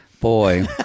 Boy